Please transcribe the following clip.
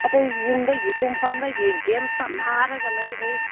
ꯑꯗꯨ ꯌꯨꯝꯗꯒꯤ ꯇꯨꯝꯐꯝꯗꯒꯤ ꯒꯦꯝ ꯁꯥꯟꯅꯔꯒ ꯂꯩ ꯑꯩ